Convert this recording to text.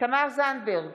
תמר זנדברג,